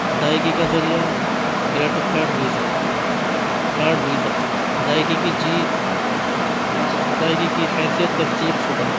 ادائگی کا ذریعہ credit card Visa card Visa ادائگی کی جی اچھا ادائیگی کی حیثیت تصدیق شدہ